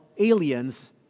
aliens